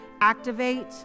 activate